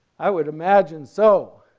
i would imagine so.